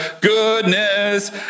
goodness